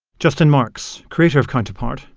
justin marks, creator of counterpoint,